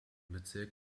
bezirk